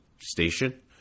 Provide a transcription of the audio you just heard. station